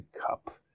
cup